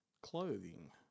Clothing